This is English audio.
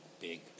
big